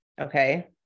okay